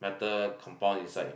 metal compound inside